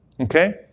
Okay